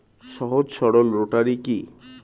সহজ সরল রোটারি কি?